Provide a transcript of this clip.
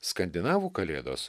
skandinavų kalėdos